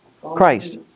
Christ